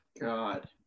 God